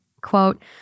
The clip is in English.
quote